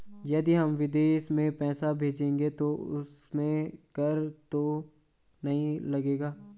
यदि हम विदेश में पैसे भेजेंगे तो उसमें कर तो नहीं लगेगा?